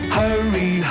hurry